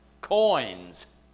Coins